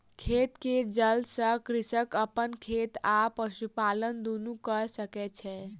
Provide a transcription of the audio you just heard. खेत के जल सॅ कृषक अपन खेत आ पशुपालन दुनू कय सकै छै